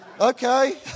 okay